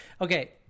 Okay